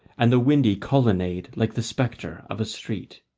and the windy colonnade like the spectre of a street.